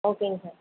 ஓகேங்க சார்